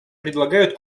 предлагают